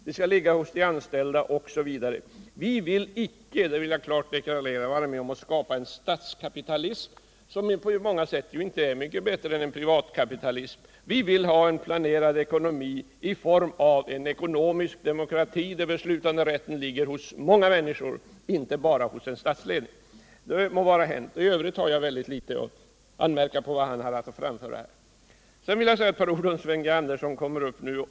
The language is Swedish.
Den skall ligga hos de anställda osv. Näringspolitiken Näringspolitiken 50 Vi vill icke, det vill jag klart deklarera, vara med om att skapa en stalskapitalism som på många sätt ju inte är mycket bättre än privatkapitalismen. Vi vill ha en planerad ekonomi i form av en ekonomisk demokrati där beslutanderätten ligger hos många människor, inte bara hos en statsledning. I övrigt har jag mycket litet att anmärka på hans anförande. Sedan vill jag säga några ord till Sven Andersson i Örebro.